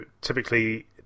typically